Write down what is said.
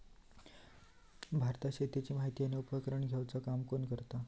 भारतात शेतीची माहिती आणि उपक्रम घेवचा काम कोण करता?